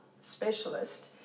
specialist